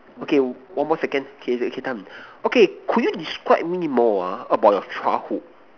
okay one more second okay actually time okay could you describe me more ah about your childhood